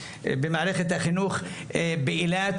במערכת החינוך באילת.